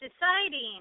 deciding